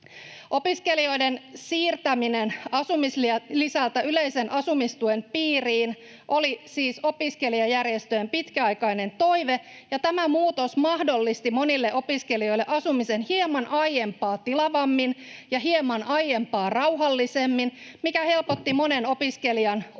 Opiskelijoiden siirtäminen asumislisältä yleisen asumistuen piiriin oli siis opiskelijajärjestöjen pitkäaikainen toive, ja tämä muutos mahdollisti monille opiskelijoille asumisen hieman aiempaa tilavammin ja hieman aiempaa rauhallisemmin, mikä helpotti monen opiskelijan